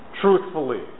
truthfully